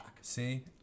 See